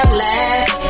last